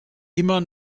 immer